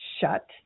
shut